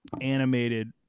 animated